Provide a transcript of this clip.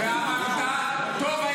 אני הייתי מקוזז הכי פחות ------- ואמרת: טוב,